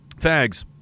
fags